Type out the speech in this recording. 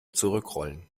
zurückrollen